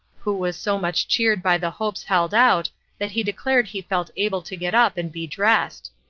who was so much cheered by the hopes held out that he declared he felt able to get up and be dressed.